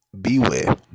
beware